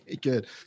Good